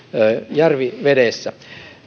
järvivedessä